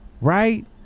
right